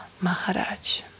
Maharaj